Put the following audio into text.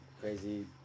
crazy